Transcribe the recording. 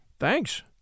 Thanks